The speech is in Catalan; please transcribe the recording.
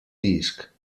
disc